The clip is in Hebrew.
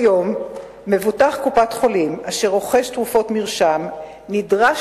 כיום מבוטח קופת-חולים אשר רוכש תרופות מרשם נדרש